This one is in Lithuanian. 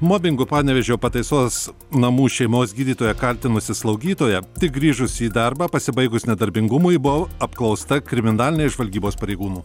mobingu panevėžio pataisos namų šeimos gydytoją kaltinusi slaugytoja tik grįžusi į darbą pasibaigus nedarbingumui buvo apklausta kriminalinės žvalgybos pareigūnų